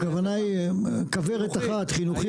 הכוונה היא כוורת אחת, חינוכית.